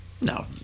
No